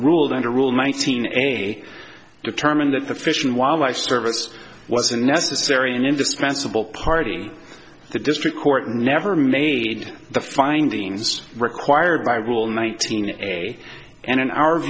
ruled under rule nineteen any determined that the fish and wildlife service was a necessary and indispensable party the district court never made the findings required by rule nineteen a and in our